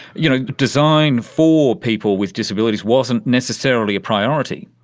you know, design for people with disabilities wasn't necessarily a priority.